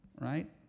right